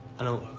i don't